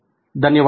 ధన్యవాదాలు